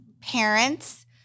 parents